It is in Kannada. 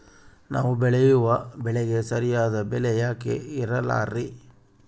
ನಾವು ಬೆಳೆಯುವ ಬೆಳೆಗೆ ಸರಿಯಾದ ಬೆಲೆ ಯಾಕೆ ಇರಲ್ಲಾರಿ?